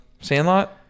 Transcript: Sandlot